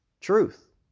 truth